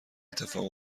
اتفاق